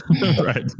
right